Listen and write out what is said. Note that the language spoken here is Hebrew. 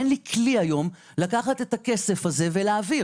אין לי כלי כזה היום לקחת את הכסף הזה ולהעביר.